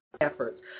efforts